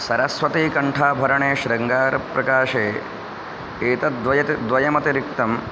सरस्वतीकण्ठाभरणे शृङ्गारप्रकाशे एतद्वयत् द्वयमतिरिक्तम्